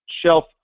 shelf